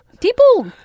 people